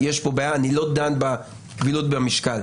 יש פה בעיה; אני לא דן בקבילות ובמשקל.